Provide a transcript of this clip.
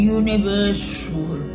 universal